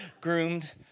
Groomed